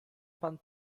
pan